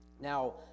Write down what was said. Now